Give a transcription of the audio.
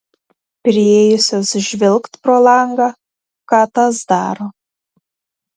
priėjusios žvilgt pro langą ką tas daro